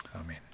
Amen